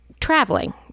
traveling